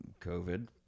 COVID